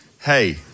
hey